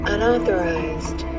Unauthorized